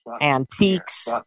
antiques